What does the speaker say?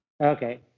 Okay